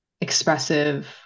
expressive